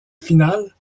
finale